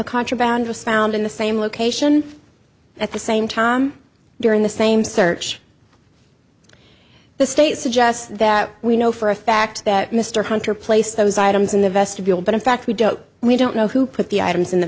contraband was found in the same location at the same time during the same search the state suggests that we know for a fact that mr hunter placed those items in the vestibule but in fact we don't we don't know who put the items in the